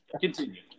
Continue